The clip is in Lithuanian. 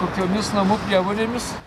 kokiomis namų priemonėmis